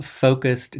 focused